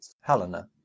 helena